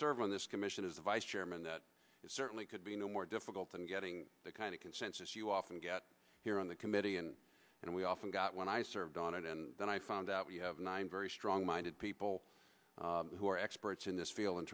serve on this commission as the vice chairman that certainly could be no more difficult than getting the kind of consensus you often get here on the committee and then we often got when i served on it and then i found out you have nine very strong minded people who are experts in this field and